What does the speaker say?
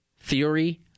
theory